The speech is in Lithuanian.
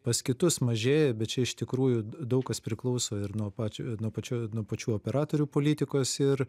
pas kitus mažėja bet čia iš tikrųjų daug kas priklauso ir nuo pačio nuo pačio nuo pačių operatorių politikos ir